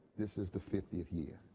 this is the fiftieth year.